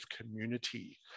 community